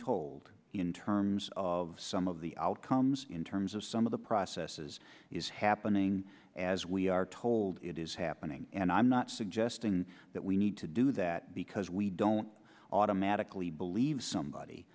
told in terms of some of the outcomes in terms of some of the processes is happening as we are told it is happening and i'm not suggesting that we need to do that because we don't automatically believe somebody